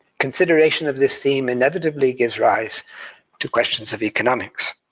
consideration of this theme inevitably gives rise to questions of economics.